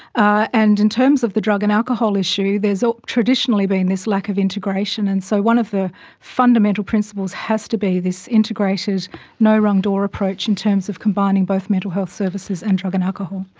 ah and in terms of the drug and alcohol issue, there has um traditionally been this lack of integration, and so one of the fundamental principles has to be this integrated no wrong door approach in terms of combining both mental health services and drug and alcohol.